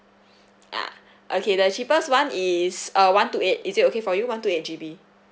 ah okay the cheapest one is uh one two eight is it okay for you one two eight G_B